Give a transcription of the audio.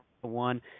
one